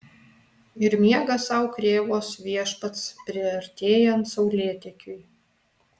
ir miega sau krėvos viešpats priartėjant saulėtekiui